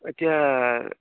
এতিয়া